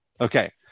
okay